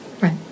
Right